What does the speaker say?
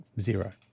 zero